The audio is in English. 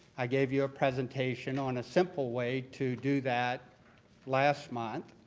i gave you a presentation on a simple way to do that last month.